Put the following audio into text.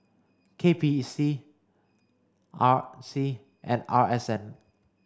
K P E C R C and R S N